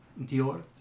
Dior